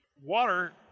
water